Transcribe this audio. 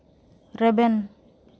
ᱨᱮᱵᱮᱱ